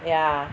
yeah